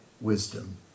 wisdom